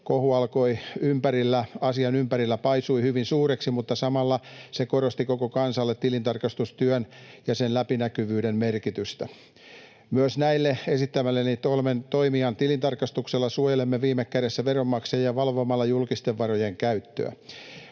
Kohu asian ympärillä paisui hyvin suureksi, mutta samalla se korosti koko kansalle tilintarkastustyön ja sen läpinäkyvyyden merkitystä. Myös näillä esittelemilläni kolmen toimijan tilintarkastuksella suojelemme viime kädessä veronmaksajia valvomalla julkisten varojen käyttöä.